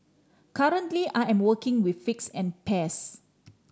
currently I am working with figs and pears